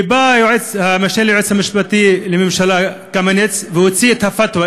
ובא המשנה ליועץ המשפטי לממשלה קמיניץ והוציא את הפתווה,